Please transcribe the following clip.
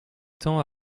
tend